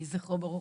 יהי זכרו ברוך.